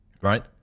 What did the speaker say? right